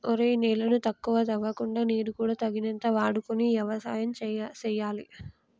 ఒరేయ్ నేలను ఎక్కువగా తవ్వకుండా నీరు కూడా తగినంత వాడుకొని యవసాయం సేయాలి